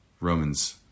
Romans